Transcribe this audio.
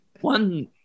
one